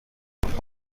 arara